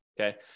okay